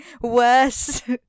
Worse